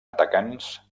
atacants